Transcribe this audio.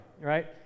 Right